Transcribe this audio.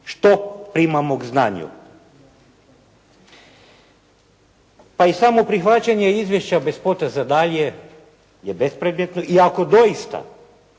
Što primamo k znanju? Pa i samo prihvaćanje izvješća bez poteza dalje je bespredmetno i ako doista